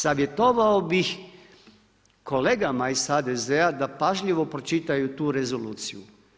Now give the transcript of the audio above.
Savjetovao bih kolegama iz HDZ-a da pažljivo pročitaju tu rezoluciju.